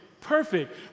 perfect